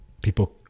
people